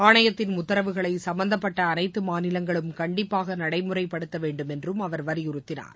ஆணையத்திள் உத்தரவுகளை சம்பந்தப்பட்ட அனைத்து மாநிலங்களும் கண்டிப்பாக நடைமுறைப்படுத்த வேண்டும் என்றும் அவர் வலியுறுத்தினார்